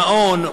מעון,